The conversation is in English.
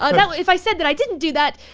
um yeah if i said that i didn't do that,